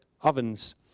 Ovens